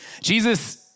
Jesus